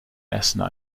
essener